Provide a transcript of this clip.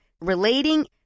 relating